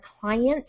client